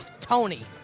Tony